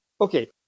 Okay